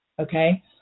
okay